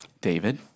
David